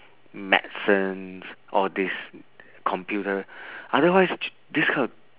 medicine all this computer otherwise this kind